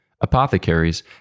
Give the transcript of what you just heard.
Apothecaries